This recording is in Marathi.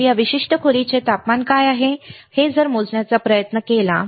तर या विशिष्ट खोलीचे तापमान काय आहे हे मोजण्याचा प्रयत्न करेल